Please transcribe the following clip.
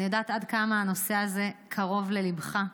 אני יודעת עד כמה הנושא הזה קרוב לליבך,